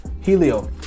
Helio